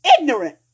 ignorant